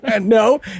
no